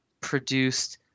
produced